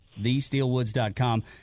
thesteelwoods.com